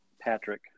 Patrick